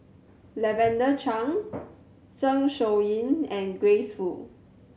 Lavender Chang Zeng Shouyin and Grace Fu